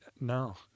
No